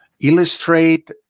illustrate